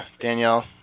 Danielle